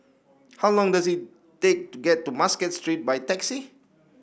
how long does it take to get to Muscat Street by taxi